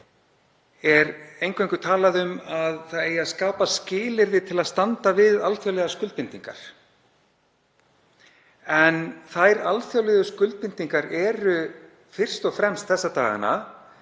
er eingöngu talað um að skapa eigi skilyrði til að standa við alþjóðlegar skuldbindingar. Þær alþjóðlegu skuldbindingar eru fyrst og fremst þessa dagana